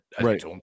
right